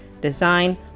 design